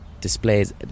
displays